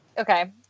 Okay